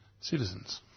citizens